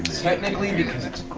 technically, because it's